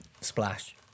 Splash